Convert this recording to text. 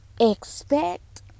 Expect